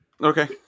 Okay